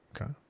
Okay